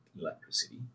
electricity